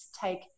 take